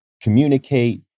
communicate